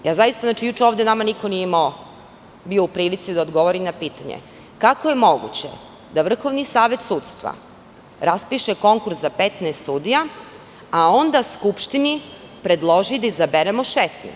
Juče ovde nama niko nije bio u prilici da odgovori na pitanje – kako je moguće da Vrhovni savet sudstva raspiše konkurs za 15 sudija, a onda Skupštini predloži da izaberemo 16?